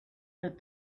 that